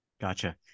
Gotcha